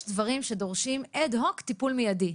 יש דברים שדורשים אד-הוק טיפול מיידי.